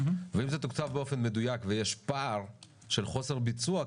ואם זה תוקצב באופן מדויק ויש פער של חוסר ביצוע,